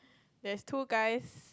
there's two guys